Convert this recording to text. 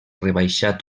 rebaixat